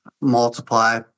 multiply